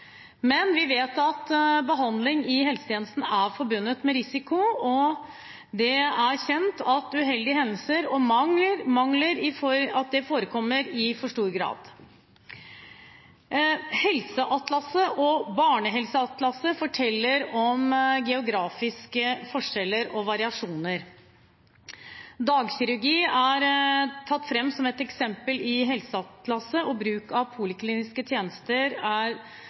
Men vi vet at behandling i helsetjenesten er forbundet med risiko, og det er kjent at uheldige hendelser og mangler forekommer i for stor grad. Helseatlaset og barnehelseatlaset forteller om geografiske forskjeller og variasjoner. Dagkirurgi er tatt fram som et eksempel i helseatlaset, og bruk av polikliniske tjenester er